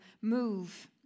move